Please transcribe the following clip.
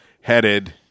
headed